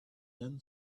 then